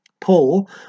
Paul